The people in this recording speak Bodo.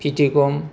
फिथिगम